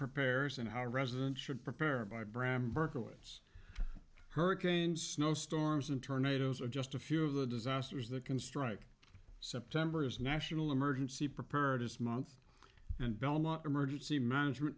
prepares and how residents should prepare by bram berkowitz hurricanes snow storms and tornadoes are just a few of the disasters that can strike september's national emergency preparedness month and belmont emergency management